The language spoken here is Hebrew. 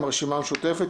הרשימה המשותפת,